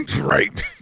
Right